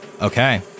Okay